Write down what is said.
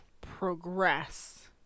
progress